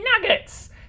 nuggets